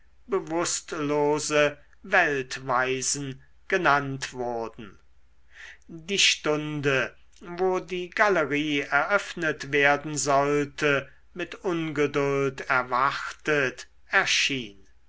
bewußtlose weltweisen genannt wurden die stunde wo die galerie eröffnet werden sollte mit ungeduld erwartet erschien